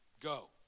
Go